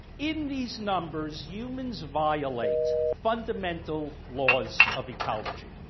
in these numbers humans violates fundamental laws of ecology,